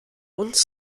uns